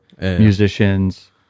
musicians